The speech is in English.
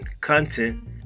content